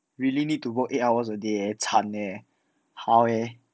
really need to work eight hours a day 惨 leh how eh